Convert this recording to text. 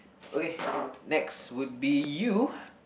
okay next would be you